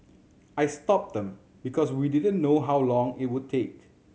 I stopped them because we didn't know how long it would take